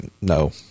No